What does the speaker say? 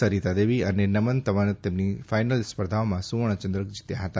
સરીતાદેવી અને નમન તંવર તેની ફાઈનલ સ્પર્ધાઓમાં સુવર્ણ ચંદ્રક જીત્યા હતા